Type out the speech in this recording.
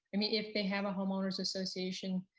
i mean, if they have a homeowner's association,